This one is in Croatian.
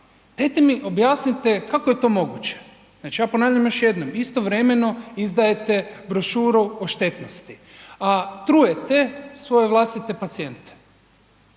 Dajte mi objasnite kako je to moguće. Znači ja ponavljam još jednom. Istovremeno izdajete brošuru o štetnosti, a trujete svoje vlastite pacijente,